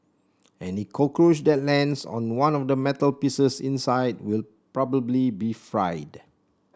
any cockroach that lands on one of the metal pieces inside will probably be fried